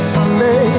Sunday